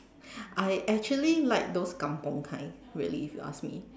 I actually like those kampung kind really if you ask me